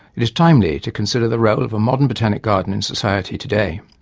it is timely to consider the role of a modern botanic garden in society today.